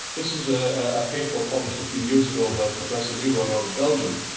this was a paper published a few years ago by professor leroy out of belgium.